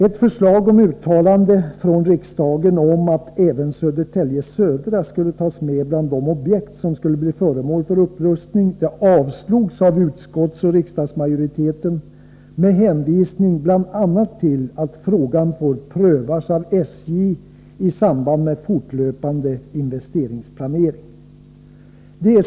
Ett förslag om ett uttalande från riksdagen om att även Södertälje Södra skulle tas med bland de objekt som blir föremål för upprustning avslogs av riksdagsmajoriteten med hänvisning bl.a. till att frågan får prövas av SJ i samband med fortlöpande investeringsplanering.